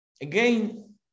Again